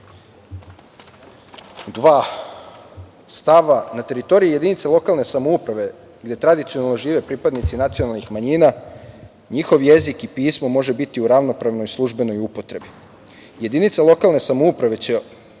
dva stava – na teritoriji jedinice lokalne samouprave gde tradicionalno žive pripadnici nacionalnih manjina, njihov jezik i pismo može biti u ravnopravnoj službenoj upotrebi. Jedinica lokalne samouprave će